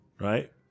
Right